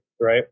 right